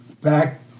back